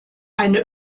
eine